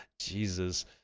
Jesus